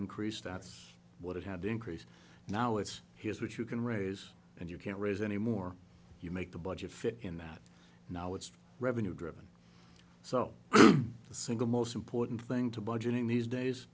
increase that's what it had to increase now it's here's what you can raise and you can't raise any more you make the budget fit in that now it's revenue driven so the single most important thing to budgeting these days